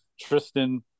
Tristan